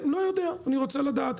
לא יודע, אני רוצה לדעת.